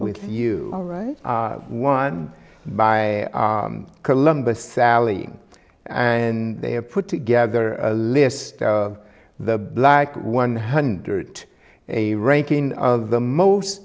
with you all right one by columbus sally and they have put together a list of the black one hundred a ranking of the most